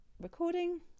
recording